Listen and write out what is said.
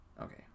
Okay